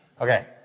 Okay